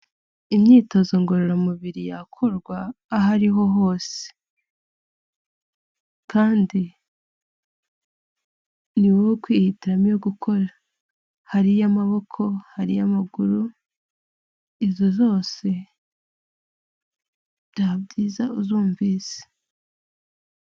Imyitozo ngororamubiri yakorwa ahoriho hose kandi niwowe kwihitiramo hari iya maboko hari iyamaguru izo zose byaba byiza uzumvise.